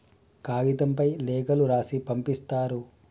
కాగితంపై లేఖలు రాసి పంపిస్తారు